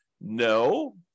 No